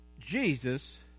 Jesus